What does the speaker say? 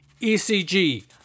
ECG